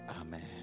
Amen